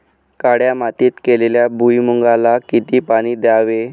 काळ्या मातीत केलेल्या भुईमूगाला किती पाणी द्यावे?